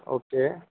okay